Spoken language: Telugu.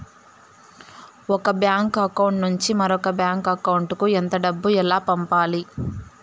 ఒక బ్యాంకు అకౌంట్ నుంచి మరొక బ్యాంకు అకౌంట్ కు ఎంత డబ్బు ఎలా పంపాలి